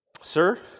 Sir